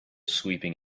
sleeping